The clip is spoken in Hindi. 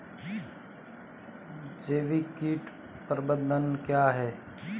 जैविक कीट प्रबंधन क्या है?